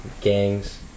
gangs